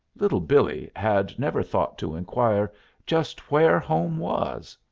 little billee had never thought to inquire just where home was.